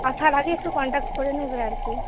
আসার আগে একটু কন্ট্যাক্ট করে নেবে আর কি